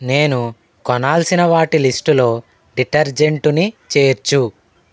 నేను కొనాల్సిన వాటి లిస్ట్లో డిటర్జెంట్ని చేర్చు